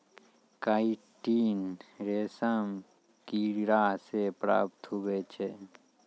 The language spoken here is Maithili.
काईटिन रेशम किड़ा से प्राप्त हुवै छै